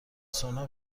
سونا